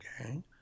Okay